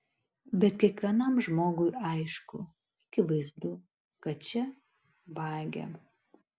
bet kiekvienam žmogui aišku akivaizdu kad čia vagia